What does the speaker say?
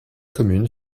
commune